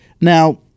Now